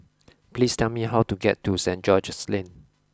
please tell me how to get to Saint George's Lane